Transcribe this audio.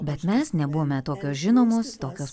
bet mes nebuvome tokios žinomos tokios